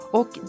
Och